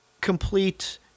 complete